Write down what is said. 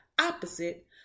opposite